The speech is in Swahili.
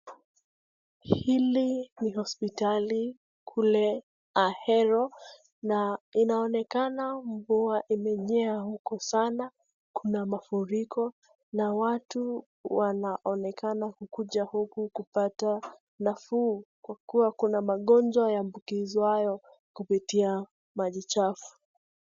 Hii ni hospitali kule Ahero na inaonekana mvua imenyea huku sana, kuna mafuriko, na watu wanaonekana kukuja huku kupata nafuu kwa kuwa kuna magonjwa yaambukizwayo kupitia maji chafu.